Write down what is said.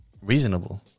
reasonable